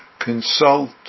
Consult